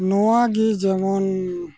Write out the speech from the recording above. ᱱᱚᱣᱟᱜᱮ ᱡᱮᱢᱚᱱ